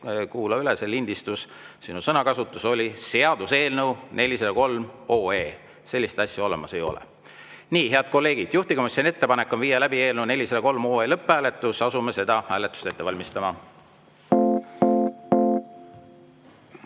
kuula üle see lindistus –, et sinu sõnakasutus oli "seaduseelnõu 403 OE". Sellist asja olemas ei ole. Nii, head kolleegid, juhtivkomisjoni ettepanek on viia läbi eelnõu 403 lõpphääletus. Asume seda hääletust ette valmistama.